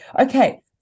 Okay